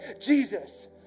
Jesus